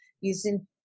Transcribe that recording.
using